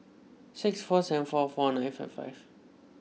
six four seven four four nine five five